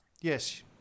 Yes